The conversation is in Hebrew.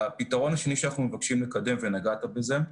הפתרון השני שאנחנו מבקשים לקדם, ונגעת בזה,